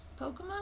Pokemon